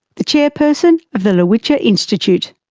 the chairperson of the lowitja institute.